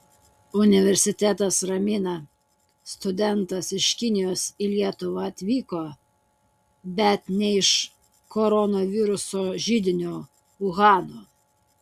universitetas ramina studentas iš kinijos į lietuvą atvyko bet ne iš koronaviruso židinio uhano